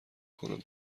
کنم